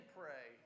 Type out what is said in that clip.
pray